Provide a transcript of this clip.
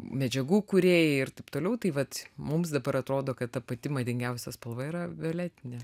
medžiagų kūrėjai ir taip toliau tai vat mums dabar atrodo kad ta pati madingiausia spalva yra violetinė